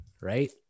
Right